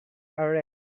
arrest